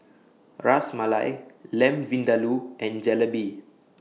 Ras Malai Lamb Vindaloo and Jalebi